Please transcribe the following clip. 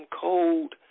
cold